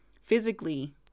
physically